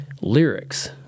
lyrics